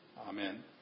Amen